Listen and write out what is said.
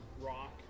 rock